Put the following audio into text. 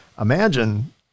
Imagine